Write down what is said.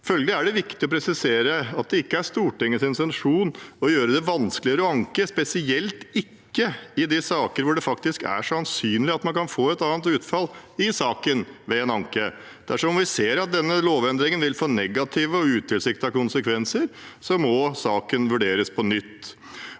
Følgelig er det viktig å presisere at det ikke er Stortingets intensjon å gjøre det vanskeligere å anke, spesielt ikke i de sakene der det faktisk er sannsynlig at man kan få et annet utfall ved en anke. Dersom vi ser at denne lovendringen vil få negative og utilsiktede konsekvenser, må saken vurderes på nytt.